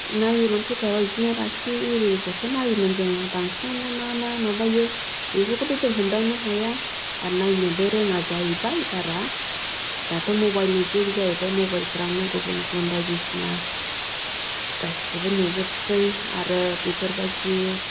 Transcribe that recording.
नायोमोन पेपाराव बिदिनो राशि इरिखौसो नायोमोन जोङो बांसिनानो मा मा माबायो बेफोरखौथ' जों हमदांनो हाया आर नायनोबो रोङा जाहैबाय बारा दाथ' मबाइलनि जुग जाहैबाय मबाइलफ्रावनो गुबुन गुबुन बायदिसिना गासिबो नुजोबसै आरो बेफोर बायदिखौ